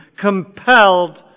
compelled